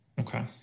Okay